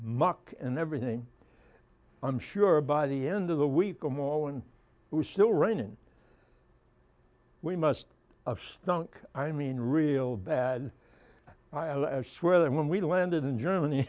muck and everything i'm sure by the end of the week i'm all in it was still raining we must of stunk i mean real bad i swear that when we landed in germany